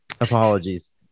apologies